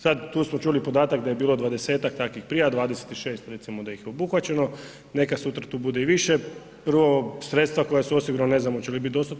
Sada tu smo čuli podatak da je bilo 20-tak takvih prijava, 26 recimo da ih je obuhvaćeno, neka sutra to bude i više prvo sredstva koja su osigurana ne znam da li će biti dostatna.